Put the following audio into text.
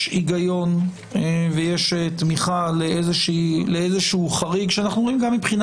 היגיון ויש תמיכה לאיזשהו חריג שאנחנו רואים גם מבחינה